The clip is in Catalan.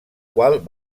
qual